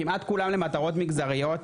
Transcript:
כמעט כולם למטרות מגזריות,